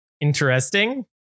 interesting